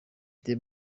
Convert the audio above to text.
the